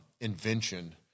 Invention